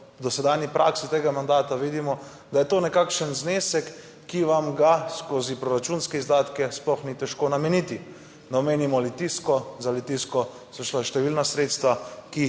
v dosedanji praksi tega mandata vidimo, da je to nekakšen znesek, ki vam ga skozi proračunske izdatke sploh ni težko nameniti, da omenimo Litijsko. Za Litijsko so šla številna sredstva, ki